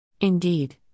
Indeed